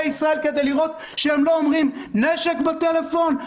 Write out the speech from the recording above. ישראל כדי לראות שהם לא אומרים "נשק" בטלפון?